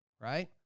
right